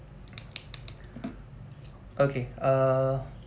okay uh